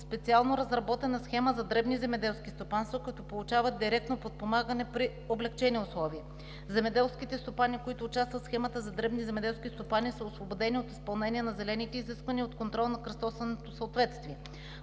специално разработена схема за дребни земеделски стопанства, които получават директно подпомагане при облекчени условия. Земеделските стопани, които участват в Схемата за дребни земеделски стопани, са освободени от изпълнение на зелените изисквания и от контрола на кръстосаното съответствие.